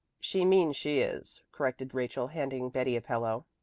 she means she is, corrected rachel, handing betty a pillow.